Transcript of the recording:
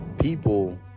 people